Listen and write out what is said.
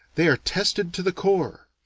they are tested to the core.